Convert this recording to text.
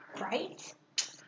right